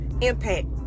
impact